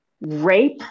rape